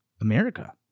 America